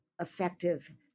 effective